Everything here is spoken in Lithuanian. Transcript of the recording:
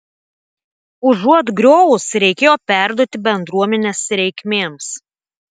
užuot griovus reikėjo perduoti bendruomenės reikmėms